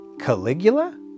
Caligula